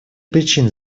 причин